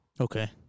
Okay